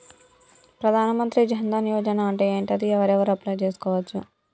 ప్రధాన మంత్రి జన్ ధన్ యోజన అంటే ఏంటిది? ఎవరెవరు అప్లయ్ చేస్కోవచ్చు?